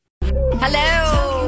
Hello